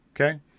Okay